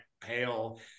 pale